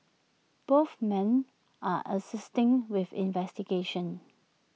both men are assisting with investigations